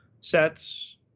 sets